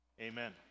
Amen